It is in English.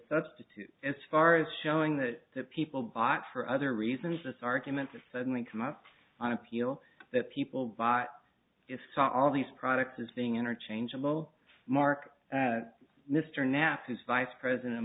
substitute as far as showing that the people bought for other reasons this argument suddenly come up on appeal that people bought it saw all these products as being interchangeable mark that mr knapp who's vice president